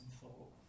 thought